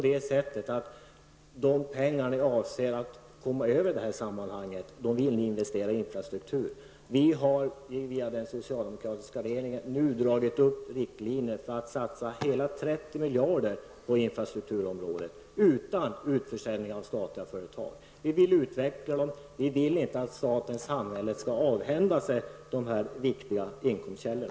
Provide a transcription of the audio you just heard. De pengar ni avser att komma över i detta sammanhang vill ni investera i infrastruktur. Vi har via den socialdemokratiska regeringen nu dragit upp riktlinjer för att satsa 30 miljarder på infrastrukturområdet utan utförsäljning av statliga företag. Vi vill utveckla företagen. Vi vill inte att staten, samhället, skall avhända sig dessa viktiga inkomstkällor.